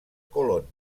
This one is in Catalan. colón